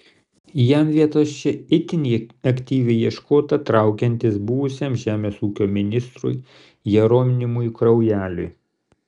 jam vietos čia itin aktyviai ieškota traukiantis buvusiam žemės ūkio ministrui jeronimui kraujeliui